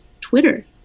twitter